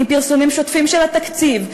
עם פרסומים שוטפים של התקציב,